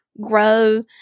grow